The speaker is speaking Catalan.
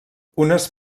unes